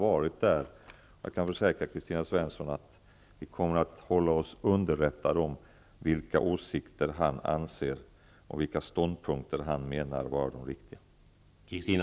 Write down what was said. Jag kan försäkra Kristina Svensson om att vi kommer att hålla oss underrättade om vilka åsikter han har och vilka ståndpunkter han menar är de riktiga.